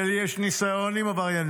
ולי יש ניסיון עם עבריינים.